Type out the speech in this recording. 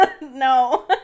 no